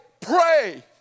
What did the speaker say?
pray